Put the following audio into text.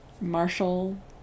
marshall